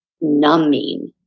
numbing